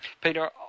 Peter